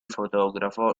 fotografo